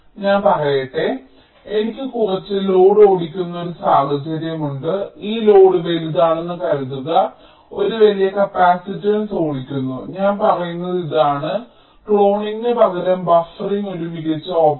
ഞാൻ പറയട്ടെ എനിക്ക് കുറച്ച് ലോഡ് ഓടിക്കുന്ന ഒരു സാഹചര്യമുണ്ട് ഈ ലോഡ് വലുതാണെന്ന് കരുതുക ഞാൻ ഒരു വലിയ കപ്പാസിറ്റൻസ് ഓടിക്കുന്നു ഞാൻ പറയുന്നത് ഇതാണ് ക്ലോണിംഗിന് പകരം ബഫറിംഗ് ഒരു മികച്ച ഓപ്ഷനാണ്